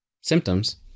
symptoms